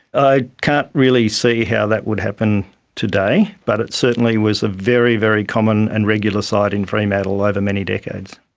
i can't really see how that would happen today but it certainly was a very, very common and regular sight in fremantle over many decades.